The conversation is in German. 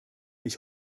ich